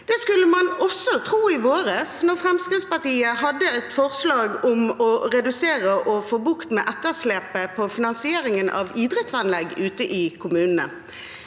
Det skulle man også tro i våres, da Fremskrittspartiet hadde et forslag om å redusere og få bukt med etter slepet i finansieringen av idrettsanlegg ute i kommunene,